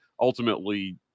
Ultimately